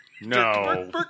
No